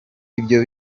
ibyo